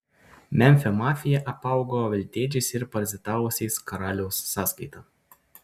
memfio mafija apaugo veltėdžiais ir parazitavusiais karaliaus sąskaita